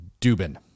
Dubin